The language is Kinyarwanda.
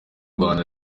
rwanda